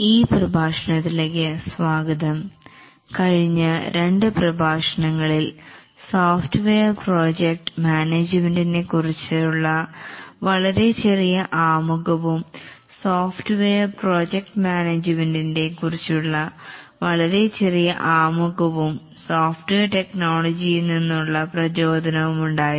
ഈ പ്രഭാഷണത്തിലേക്കു സ്വാഗതം കഴിഞ്ഞ രണ്ട് പ്രഭാഷണങ്ങളിൽ സോഫ്റ്റ്വെയർ പ്രൊജക്റ്റ് മാനേജ്മെൻറ് നെക്കുറിച്ചുള്ള വളരെ ചെറിയ ആമുഖവും സോഫ്റ്റ്വെയർ ടെക്നോളജി നിന്നുള്ള പ്രചോദനവും ഉണ്ടായിരുന്നു